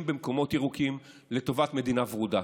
במקומות ירוקים לטובת מדינה ורודה.